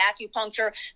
acupuncture